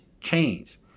change